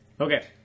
Okay